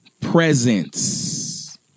presence